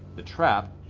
the trap